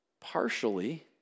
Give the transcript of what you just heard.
Partially